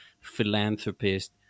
philanthropist